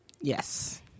Yes